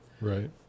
Right